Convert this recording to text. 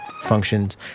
functions